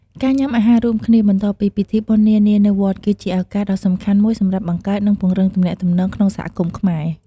ការញ៉ាំអាហាររួមគ្នា បន្ទាប់ពីពិធីបុណ្យនានានៅវត្ត គឺជាឱកាសដ៏សំខាន់មួយសម្រាប់ បង្កើត និងពង្រឹងទំនាក់ទំនង ក្នុងសហគមន៍ខ្មែរ។